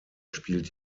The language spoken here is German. spielt